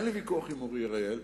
אין לי ויכוח עם אורי אריאל.